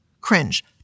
Cringe